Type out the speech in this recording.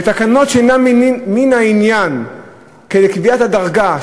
ותקנות שאינן ממין העניין לקביעת הדרגה,